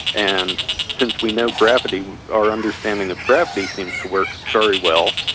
and since we know gravity, our understanding of gravity seems to work very well,